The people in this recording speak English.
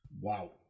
Wow